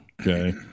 Okay